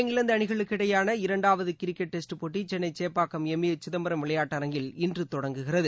இங்கிலாந்துஅணிகளுக்கிடையேயான India இரண்டாவதுகிரிக்கெட் test போட்டிசென்னைசேப்பாக்கம் M A Chidambaram விளையாட்டரங்கில் இன்றுதொடங்குகிறது